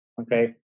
Okay